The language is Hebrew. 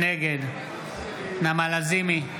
נגד נעמה לזימי,